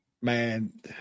man